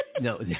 No